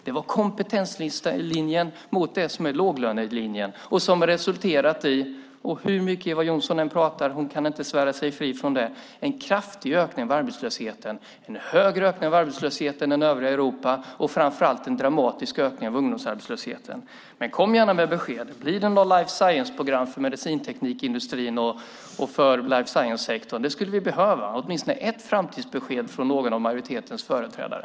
Det var kompetenslinjen mot det som är låglönelinjen, det som nu resulterat i - hur mycket Eva Johnsson än pratar kan hon inte svära sig fri från det - en kraftig ökning av arbetslösheten, en större ökning av arbetslösheten än i övriga Europa och framför allt en dramatisk ökning av ungdomsarbetslösheten. Kom gärna med besked. Blir det något life science-program för medicinteknikindustrin och för den övriga life science-sektorn? Det vi skulle behöva är åtminstone ett framtidsbesked från någon av majoritetens företrädare.